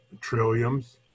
trilliums